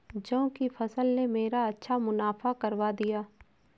जौ की फसल ने मेरा अच्छा मुनाफा करवा दिया